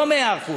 לא מאה אחוז,